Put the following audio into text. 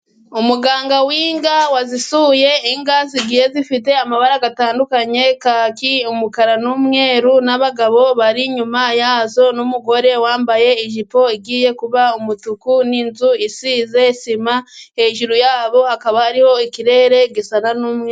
Umuganga w'inka wazisuye, inka zigiye zifite amabara atandukanye:kaki ,umukara ,n'umweru n'abagabo bari inyuma yazo ,n'umugore wambaye ijipo igiye kuba umutuku, n'inzu isize isima ,hejuru yabo hakaba hariho ikirere gisa n'umweru.